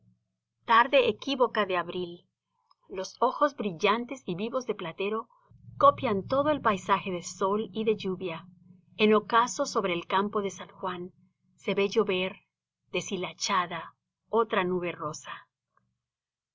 tarde equívoca de abril los ojos brillantes y vivos de platero copian todo el paisaje de sol y de lluvia en ocaso sobre el campo de san juan se ve llover deshilachada otra nube rosa